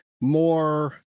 more